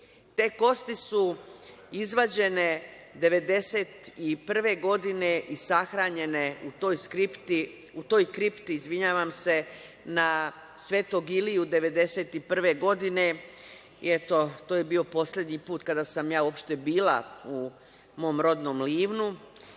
Te kosti su izvađene 1991. godine i sahranjene u toj kripti na Sv. Iliju 1991. godine. To je bio poslednji put kada sam bila u mom rodnom Livnu.